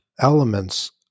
elements